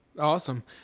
Awesome